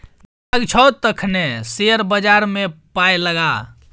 दिमाग छौ तखने शेयर बजारमे पाय लगा